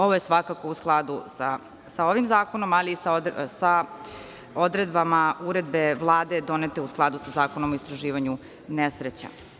Ovo je svakako u skladu sa ovim zakonom, ali sa odredbama uredbe Vlade donete u skladu sa Zakonom o istraživanju nesreća.